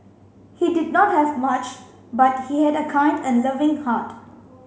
he did not have much but he had a kind and loving heart